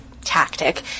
tactic